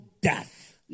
death